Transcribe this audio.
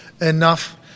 enough